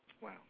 Wow